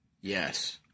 Yes